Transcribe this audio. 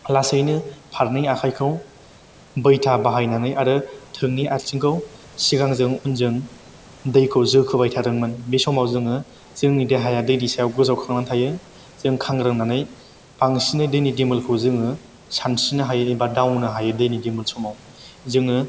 लासैनो फारनै आखाइखौ बैथा बाहायनानै आरो थोंनै आथिंखौ सिगांजों उनजों दैखौ जोखोबाय थादोंमोन बे समाव जोङो जोंनि देहाया दैनि सायाव गोजावखांनानै थायो जों खांग्रांनानै बांसिनै दैनि दिमोलखौ जोङो सानस्रिनो हायो एबा दावनो हायो दैनि दिमोल समाव जोङो